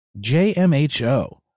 JMHO